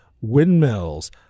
windmills